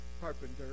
carpenter